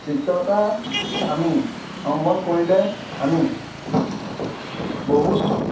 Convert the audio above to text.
চিত্ৰ এটা আমি অংকন কৰিলে আমি বহুত